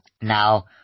now